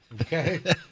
Okay